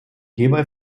hierbei